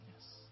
Yes